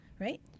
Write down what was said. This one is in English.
Right